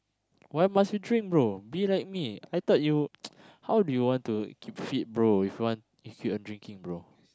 why must you train bro be like me I thought you how do you want to keep fit bro if you want if you are drinking bro